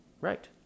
right